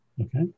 Okay